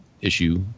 issue